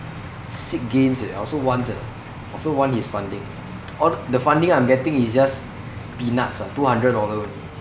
sick gains eh I also sia I also want his funding all the funding I'm getting is just peanuts ah two hundred dollar only